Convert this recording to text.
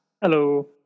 Hello